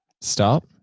Stop